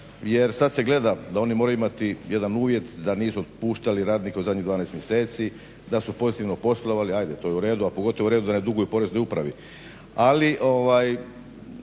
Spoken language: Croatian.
jer sada se gleda da oni moraju imati jedan uvjet da nisu otpuštali radnike u zadnjih 12 mjeseci, da su pozitivno poslovali, ajde to je uredu a pogotovo je uredu da ne duguju Poreznoj upravi, ali evo